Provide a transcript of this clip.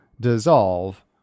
dissolve